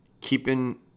Keeping